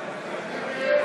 נגדה?